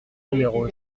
numéro